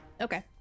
Okay